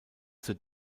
zur